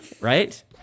right